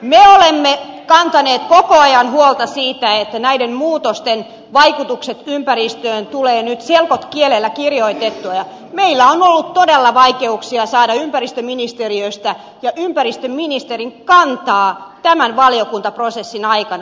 me olemme kantaneet koko ajan huolta siitä että näiden muutosten vaikutukset ympäristöön tulevat nyt selkokielellä kirjoitettua ja meillä on ollut todella vaikeuksia saada ympäristöministeriöstä ja ympäristöministeriltä kantaa tämän valiokuntaprosessin aikana